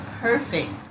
perfect